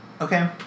okay